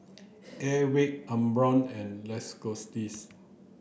Airwick Umbro and Lacoste